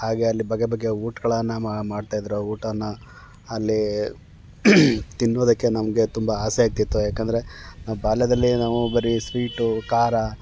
ಹಾಗೆ ಅಲ್ಲಿ ಬಗೆ ಬಗೆಯ ಊಟಗಳನ್ನು ಮಾಡ್ತಾಯಿದ್ರು ಆ ಊಟನ ಅಲ್ಲಿ ತಿನ್ನೋದಕ್ಕೆ ನಮಗೆ ತುಂಬ ಆಸೆ ಆಗ್ತಿತ್ತು ಯಾಕೆಂದ್ರೆ ಬಾಲ್ಯದಲ್ಲಿ ನಾವು ಬರೀ ಸ್ವೀಟು ಖಾರ